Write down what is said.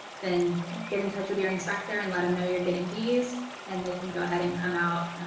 then get in touch with your inspector and let them know you're getting bees and they can go ahead and come out